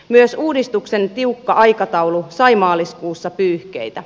myös uudistuksen tiukka aikataulu sai maaliskuussa pyyhkeitä